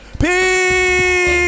Peace